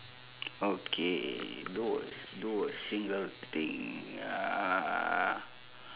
okay do a s~ do a single thing uh